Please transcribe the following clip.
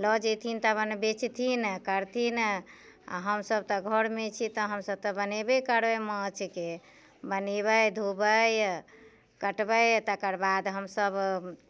लऽ जेथिन तऽ अपन बेचथिन करथिन आओर हमसभ तऽ घरमे छियै तऽ हमसभ तऽ बनेबे करबै माछके बनेबै धोबै कटबै तकर बाद हमसभ